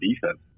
defense